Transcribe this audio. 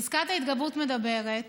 פסקת ההתגברות מדברת